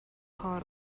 کار